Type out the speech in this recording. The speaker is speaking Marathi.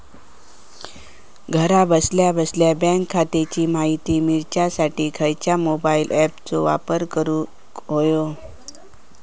घरा बसल्या बसल्या बँक खात्याची माहिती मिळाच्यासाठी खायच्या मोबाईल ॲपाचो वापर करूक होयो?